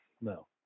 no